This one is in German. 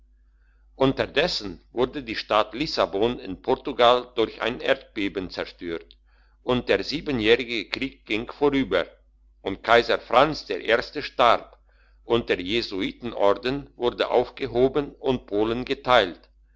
unterdessen wurde die stadt lissabon in portugal durch ein erdbeben zerstört und der siebenjährige krieg ging vorüber und kaiser franz der erste starb und der jesuitenorden wurde aufgehoben und polen geteilt